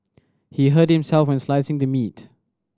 he hurt himself while slicing the meat